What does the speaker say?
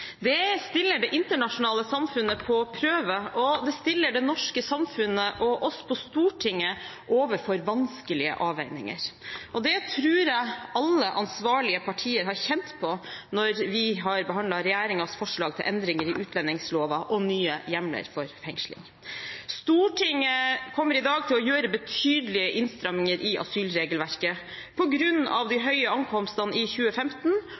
Det stiller det internasjonale samfunnet på prøve, og det stiller det norske samfunnet og oss på Stortinget overfor vanskelige avveininger. Det tror jeg alle ansvarlige partier har kjent på når vi har behandlet regjeringens forslag til endringer i utlendingsloven og nye hjemler for fengsling. Stortinget kommer i dag til å gjøre betydelige innstramminger i asylregelverket på grunn av de høye ankomstene i 2015